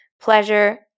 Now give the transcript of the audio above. pleasure